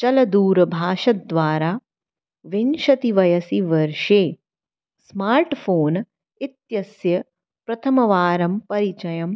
चलदूरभाषाद्वारा विंशति वयसि वर्षे स्मार्ट् फ़ोन् इत्यस्य प्रथमवारं परिचयं